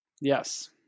Yes